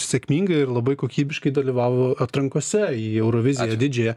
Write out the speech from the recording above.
sėkmingai ir labai kokybiškai dalyvavo atrankose į euroviziją ir didžiąją